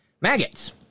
maggots